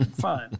fine